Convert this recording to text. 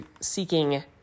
seeking